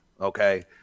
okay